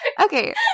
okay